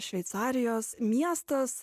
šveicarijos miestas